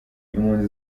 impunzi